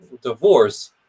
divorce